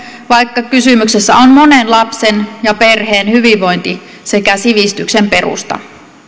vaikka kysymyksessä on monen lapsen ja perheen hyvinvointi sekä sivistyksen perusta